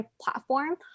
platform